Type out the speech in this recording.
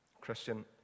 Christian